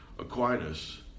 Aquinas